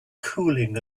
cooling